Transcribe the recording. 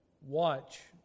watch